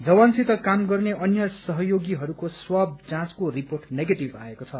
जवानसित काम गर्ने अन्य सहयोगीहरूको स्वाब जाँचको रिपोर्ट नेगेटिय आएको छ